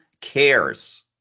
cares